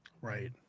Right